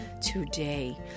today